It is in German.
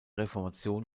reformation